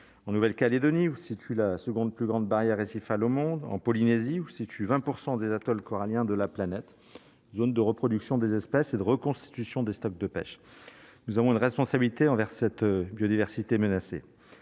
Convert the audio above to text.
en Nouvelle-Calédonie, où se situe la seconde plus grande barrière récifale au monde en Polynésie ou si tu 20 % des atolls coralliens de la planète, zone de reproduction des espèces et de reconstitution des stocks de pêche, nous avons une responsabilité envers cette biodiversité menacée